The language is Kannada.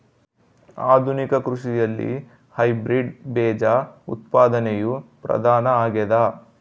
ಆಧುನಿಕ ಕೃಷಿಯಲ್ಲಿ ಹೈಬ್ರಿಡ್ ಬೇಜ ಉತ್ಪಾದನೆಯು ಪ್ರಧಾನ ಆಗ್ಯದ